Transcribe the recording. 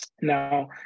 Now